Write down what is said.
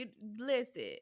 listen